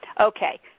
Okay